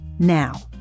Now